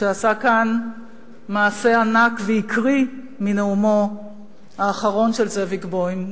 שעשה כאן מעשה ענק והקריא מנאומו האחרון של זאביק בוים.